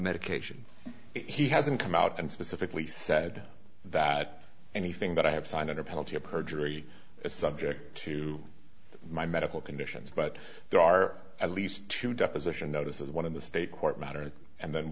medication he hasn't come out and specifically said that anything that i have signed under penalty of perjury is subject to my medical conditions but there are at least two deposition notices one in the state court matter and then